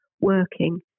working